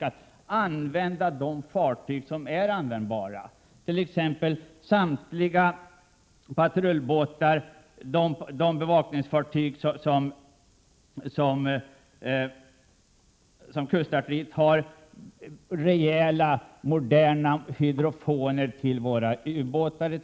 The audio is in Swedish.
Vi måste ge utrustning till de fartyg som är användbara, t.ex. samtliga patrullbåtar, de bevakningsfartyg som kustartilleriet har, och vi behöver rejäla moderna hydrofoner till våra ubåtar.